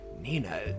Nina